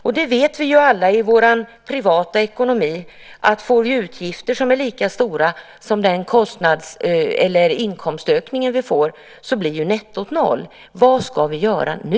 Vi vet alla i vår privata ekonomi att får vi ökade utgifter som är lika stora som den inkomstökning som vi får blir nettot noll. Vad ska vi göra nu?